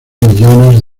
millones